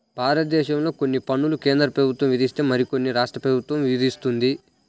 భారతదేశంలో కొన్ని పన్నులు కేంద్ర ప్రభుత్వం విధిస్తే మరికొన్ని రాష్ట్ర ప్రభుత్వం విధిస్తుంది